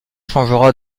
changera